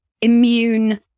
immune